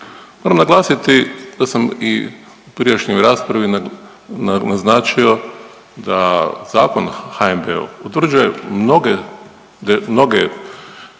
Moram naglasiti da sam i u prijašnjoj raspravi naznačio da Zakon o HNB-u utvrđuje mnoge,